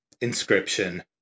inscription